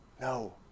No